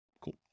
Cool